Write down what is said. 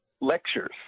lectures